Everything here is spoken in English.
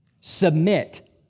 Submit